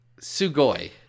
Sugoi